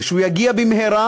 ושהוא יגיע במהרה,